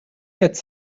quatre